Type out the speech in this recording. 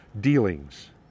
dealings